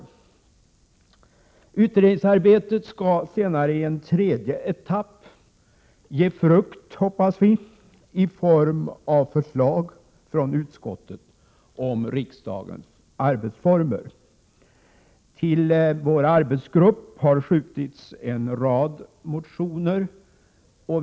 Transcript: Vi hoppas att utredningsarbetet senare i en tredje etapp skall ge frukt i form av förslag från utskottet om riksdagens arbetsformer. En rad motioner har hänskjutits till vår arbetsgrupp.